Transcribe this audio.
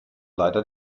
leider